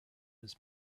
his